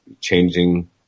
changing